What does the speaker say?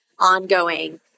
ongoing